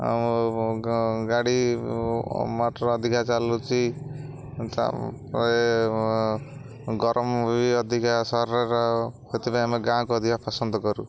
ଆଉ ଗା ଗାଡ଼ି ମଟର ଅଧିକା ଚାଲୁଛି ତା ଗରମ ବି ଅଧିକା ସହରର ସେଥିପାଇଁ ଆମେ ଗାଁକୁ ଅଧିକ ପସନ୍ଦ କରୁ